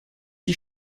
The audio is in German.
die